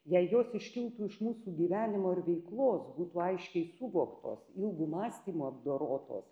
jei jos iškiltų iš mūsų gyvenimo ir veiklos būtų aiškiai suvoktos ilgu mąstymu apdorotos